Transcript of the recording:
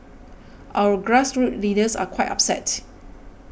our grassroots leaders are quite upset